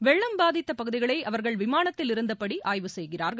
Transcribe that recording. வெள்ளம் பாதித்த பகுதிகளை அவர்கள் விமானத்தில் இருந்தபடி ஆய்வு செய்கிறார்கள்